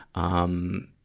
um,